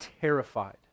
terrified